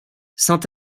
saint